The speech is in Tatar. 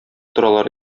торалар